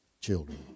children